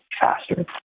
faster